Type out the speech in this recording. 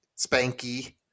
Spanky